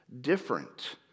different